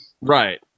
right